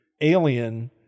alien